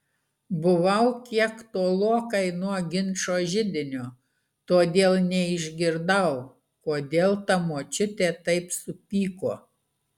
buvau kiek tolokai nuo ginčo židinio todėl neišgirdau kodėl ta močiutė taip supyko